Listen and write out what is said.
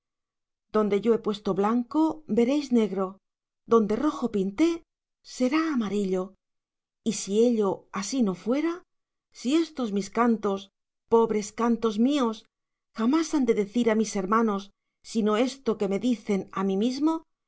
donde yo he puesto blanco veréis negro dende rojo pinté será amarillo y si ello así no fuera si estos mis cantos pobres cantos míos jamás han de decir á mis hermanos si no esto que me dicen á mí mismo